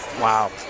Wow